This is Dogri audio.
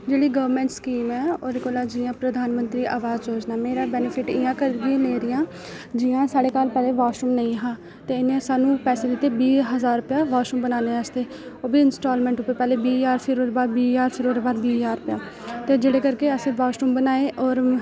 जेह्ड़ी गवर्नमेंट स्कीम ऐ ओह्दे कोला जियां प्रधान मंत्री अवास योजना मेरा बेनिफिट जियां साढ़े घार पैह्लै बाशरूम नेईं हा ते इन्नै सानू पैसे दित्ते बीह् हजार रपेआ बाशरूम बनाने आस्तै ओह् बी इंस्टालमेंट उप्पर पैह्ले बीह् हजार फिर ओह्दे बाद बीह् हजार फिर ओह्दे बाद बीह् हजार रपेआ ते जेह्ड़े करके अस बाशरूम बनाए होर